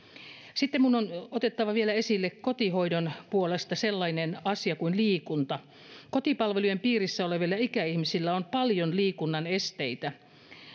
sitten minun on otettava vielä esille kotihoidon puolesta sellainen asia kuin liikunta kotipalvelujen piirissä olevilla ikäihmisillä on paljon liikunnan esteitä